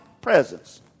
presence